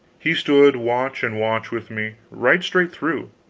he stood watch-and-watch with me, right straight through,